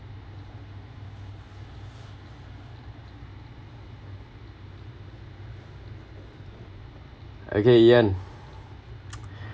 okay yan